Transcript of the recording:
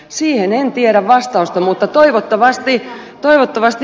siihen en tiedä vastausta mutta toivottavasti ed